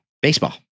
Baseball